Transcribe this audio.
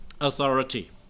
Authority